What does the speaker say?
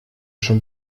schon